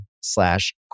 slash